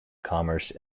commerce